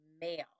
male